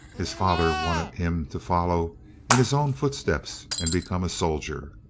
his father wanted him to follow in his own footsteps and become a soldier.